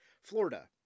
Florida